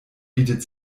bietet